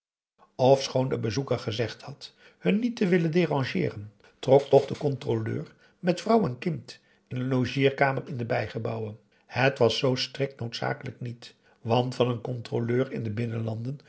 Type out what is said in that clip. ofschoon de bezoeker gezegd had hun niet te willen derangeeren trok toch de controleur met vrouw en kind in een logeerkamer in de bijgebouwen het was zoo strikt noodzakelijk niet want van een controleur in de binnenlanden